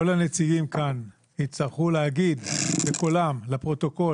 כל הנציגים כאן יצטרכו להגיד בקולם לפרוטוקול